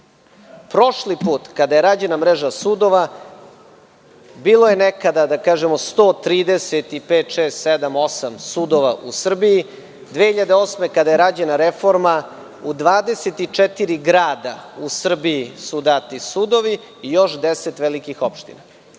Prošli put, kada je rađena mreža sudova, bilo je nekada 130 i 5, 6, 7, 8 sudova u Srbiji. Kada je 2008. godine rađena reforma, u 24 grada u Srbiji su dati sudovi i još 10 velikih opština.